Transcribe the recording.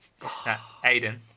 Aiden